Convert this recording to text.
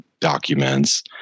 documents